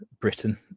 Britain